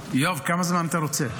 יואב, כמה זמן אתה רוצה?